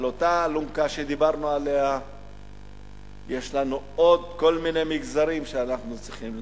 על אותה אלונקה שדיברנו עליה יש לנו עוד כל מיני מגזרים שאנחנו צריכים,